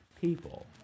people